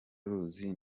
ruzi